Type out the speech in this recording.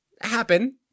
happen